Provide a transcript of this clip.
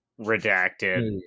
Redacted